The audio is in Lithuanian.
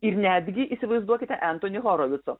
ir netgi įsivaizduokite entoni horovico